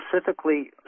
specifically